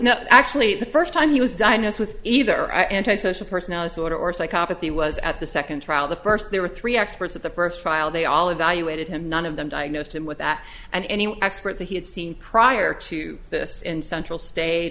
well actually the first time he was diagnosed with either anti social personality disorder or psychopathy was at the second trial the first there were three experts at the first trial they all evaluated him none of them diagnosed him with that and any expert that he had seen prior to this in central state